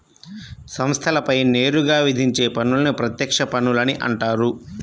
సంస్థలపై నేరుగా విధించే పన్నులని ప్రత్యక్ష పన్నులని అంటారు